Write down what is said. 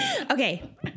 Okay